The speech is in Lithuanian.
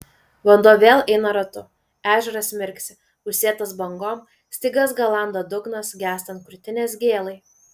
vanduo vėl eina ratu ežeras mirksi užsėtas bangom stygas galanda dugnas gęstant krūtinės gėlai